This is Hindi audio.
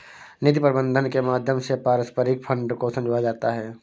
निधि प्रबन्धन के माध्यम से पारस्परिक फंड को संजोया जाता है